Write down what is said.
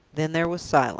then there was silence.